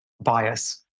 bias